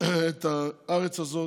את הארץ הזאת,